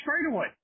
straightaway